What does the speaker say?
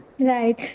Right